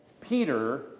Peter